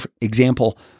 example